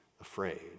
afraid